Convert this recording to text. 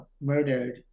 murdered